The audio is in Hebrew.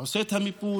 עושה את המיפוי,